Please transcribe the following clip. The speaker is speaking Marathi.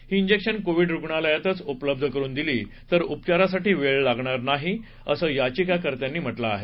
ही इंजेक्शन कोविड रुग्णालयातच उपलब्ध करून दिली तर उपचारासाठी वेळ लागणार नाही असं याचिकाकर्त्यांनी म्हटलं आहे